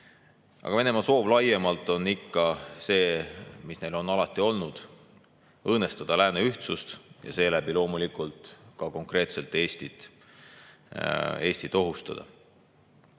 Aga Venemaa soov laiemalt on ikka see, mis neil on alati olnud: õõnestada lääne ühtsust ja seeläbi loomulikult konkreetselt ka Eestit ohustada.